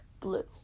blue